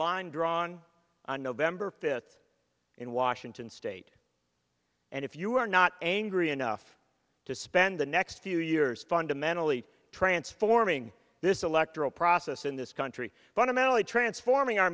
line drawn on november fifth in washington state and if you are not angry enough to spend the next few years fundamentally transforming this electoral process in this country fundamentally transforming our